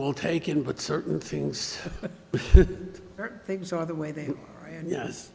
well taken but certain things things are the way they